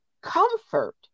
comfort